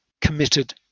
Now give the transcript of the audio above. committed